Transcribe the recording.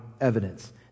evidence